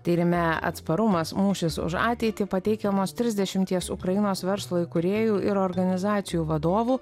tyrime atsparumas mūšis už ateitį pateikiamos trisdešimties ukrainos verslo įkūrėjų ir organizacijų vadovų